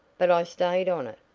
but i stayed on it.